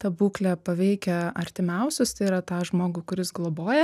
ta būklė paveikia artimiausius tai yra tą žmogų kuris globoja